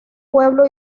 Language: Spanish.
pueblo